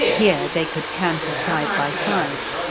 here they could canter side by side.